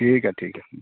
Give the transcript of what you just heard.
ᱴᱷᱤᱠ ᱜᱮᱭᱟ ᱴᱷᱤᱠ ᱜᱮᱭᱟ ᱦᱮᱸ